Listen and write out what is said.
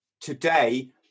Today